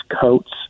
coats